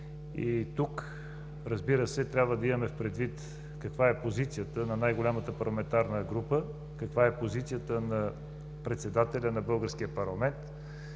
и тук, разбира се, трябва да имаме предвид каква е позицията на най-голямата парламентарна група, каква е позицията на председателя на българския парламент